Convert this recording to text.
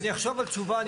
אני אחשוב על תשובה,